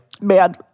Man